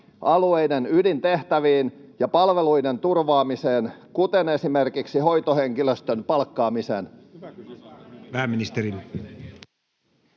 alueiden ydintehtäviin ja palveluiden turvaamiseen, esimerkiksi hoitohenkilöstön palkkaamiseen?